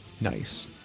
Nice